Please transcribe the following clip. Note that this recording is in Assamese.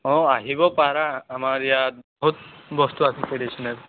অঁ আহিব পাৰা আমাৰ ইয়াত বহুত বস্তু আছে ট্ৰেডিচনেল